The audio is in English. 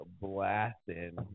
blasting